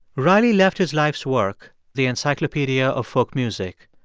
riley left his life's work, the encyclopedia of folk music,